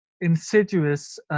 insidious